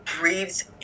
breathes